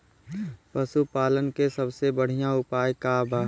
पशु पालन के सबसे बढ़ियां उपाय का बा?